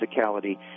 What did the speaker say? physicality